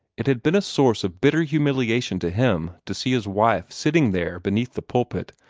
it had been a source of bitter humiliation to him to see his wife sitting there beneath the pulpit,